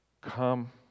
come